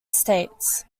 states